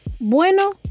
Bueno